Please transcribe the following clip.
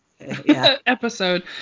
episode